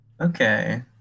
Okay